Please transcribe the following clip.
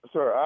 Sir